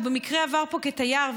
הוא במקרה עבר פה כתייר,